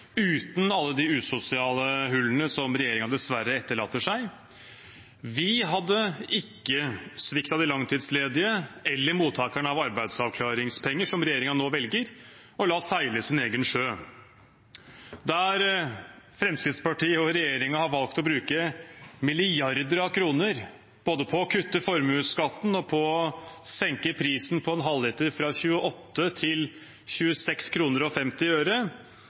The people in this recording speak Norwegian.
uten alle de usosiale hullene som regjeringen dessverre etterlater seg. Vi hadde ikke sviktet de langtidsledige eller mottakerne av arbeidsavklaringspenger som regjeringen nå velger å la seile sin egen sjø. Der Fremskrittspartiet og regjeringen har valgt å bruke milliarder av kroner både på å kutte formuesskatten og på å senke prisen for en halvliter fra 28 kr til